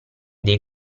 dei